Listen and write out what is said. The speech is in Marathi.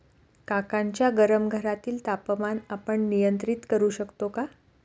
काकांच्या गरम घरातील तापमान आपण नियंत्रित करु शकतो का?